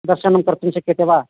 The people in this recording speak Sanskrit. दर्शनं कर्तुं शक्यते वा